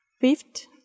fifth